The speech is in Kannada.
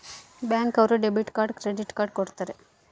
ಬ್ಯಾಂಕ್ ಅವ್ರು ಡೆಬಿಟ್ ಕಾರ್ಡ್ ಕ್ರೆಡಿಟ್ ಕಾರ್ಡ್ ಕೊಡ್ತಾರ